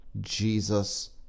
Jesus